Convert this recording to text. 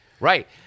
Right